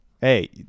Hey